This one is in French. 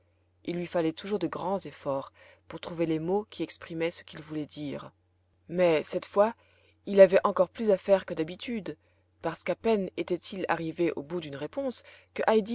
il lui fallait toujours de grands efforts pour trouver les mots qui exprimaient ce qu'il voulait dire mais cette fois il avait encore plus à faire que d'habitude parce qu'à peine était-il arrivé au bout d'une réponse que